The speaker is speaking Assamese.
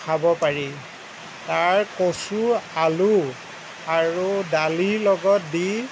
খাব পাৰি তাৰ কচু আলু আৰু দালি লগত দি